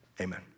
Amen